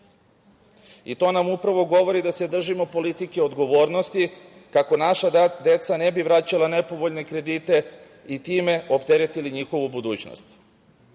To nam upravo govori da se držimo politike odgovornosti, kako naša deca ne bi vraćala nepovoljne kredite i time opteretili njihovu budućnost. Nakon